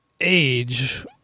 age